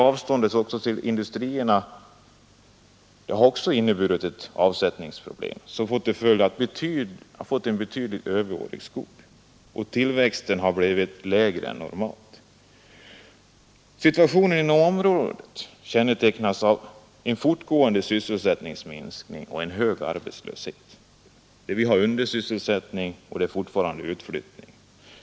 Avstånden till industrierna har sålunda inneburit ett avsättningsproblem som medfört att skogstillväxten har blivit större än normalt; skogen har med andra ord blivit betydligt överårig. Situationen i detta område kännetecknas av en fortgående sysselsättningsminskning och hög arbetslöshet samt av en utflyttning av människor som alltjämt pågår.